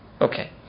Okay